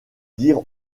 dire